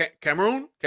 Cameroon